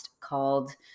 called